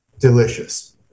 delicious